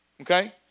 Okay